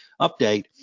Update